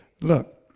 Look